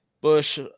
Bush